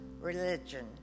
religion